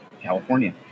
California